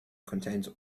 contains